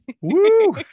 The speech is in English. Woo